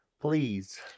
Please